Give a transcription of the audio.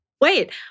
Wait